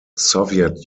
soviet